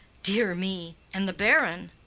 dear me! and the baron.